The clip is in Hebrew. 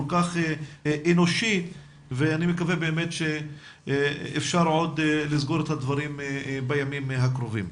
כל כך אנושי ואני מקווה באמת שאפשר עוד לסגור את הדברים בימים הקרובים.